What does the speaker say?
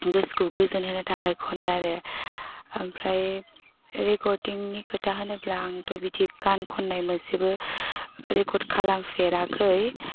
गोसोखौ गोजोन होनो थाखाय खनो आरो ओमफ्राय रेकर्डिंनि खोथा होनोब्ला आंथ' बिदि गान खन्नाय मोनसेबो रेकर्ड खालामफेराखै